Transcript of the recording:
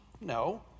No